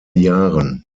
jahren